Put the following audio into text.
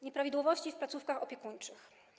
Nieprawidłowości w placówkach opiekuńczych.